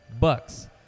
Bucks